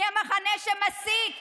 מהמחנה שמסית,